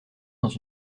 dans